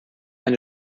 eine